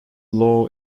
law